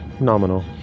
nominal